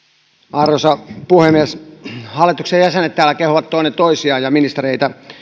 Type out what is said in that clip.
arvoisa puhemies hallituksen jäsenet täällä kehuvat toinen tosiaan ja ministereitä